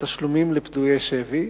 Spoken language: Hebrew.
תשלומים לפדויי שבי,